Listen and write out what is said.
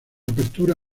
apertura